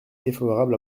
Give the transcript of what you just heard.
défavorable